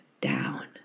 down